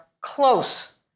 close